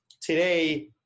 Today